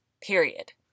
period